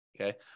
Okay